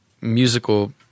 musical